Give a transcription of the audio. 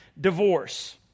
divorce